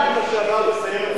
שלושתם לוחמים לשעבר בסיירת מטכ"ל,